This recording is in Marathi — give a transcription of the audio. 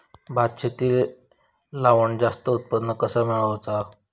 भात शेती लावण जास्त उत्पन्न कसा मेळवचा?